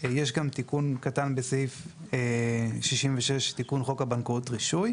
יש גם תיקון קטן בסעיף 66 תיקון חוק הבנקאות (רישוי),